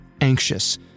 anxious